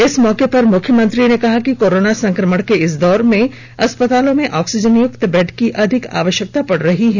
इस मौके पर मुख्यमंत्री ने कहा कि कोरोना संक्रमण के इस दौर में अस्पतालों में ऑक्सीजनयुक्त बेड की अधिक आवश्यकता पड़ रही है